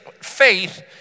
faith